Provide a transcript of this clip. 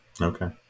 Okay